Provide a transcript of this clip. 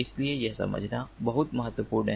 इसलिए यह समझना बहुत महत्वपूर्ण है